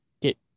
Get